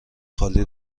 خالی